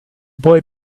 boy